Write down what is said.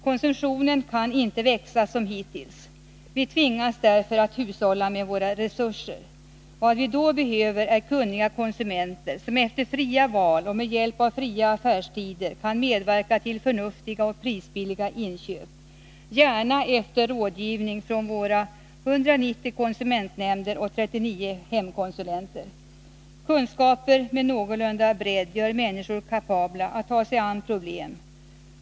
Konsumtionen kan inte växa som hittills. Vi tvingas därför att hushålla med våra resurser. Vad vi då behöver är kunniga konsumenter som efter fria val och med hjälp av fria affärstider kan medverka till förnuftiga och prisbilliga inköp — gärna efter rådgivning från våra 190 konsumentnämnder och 39 hemkonsulentör. Kunskaper med någorlunda bredd gör människor kapabla att ta sig an problemen.